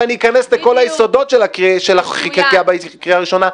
-- ואני אכנס לכל היסודות של החקיקה בקריאה הראשונה,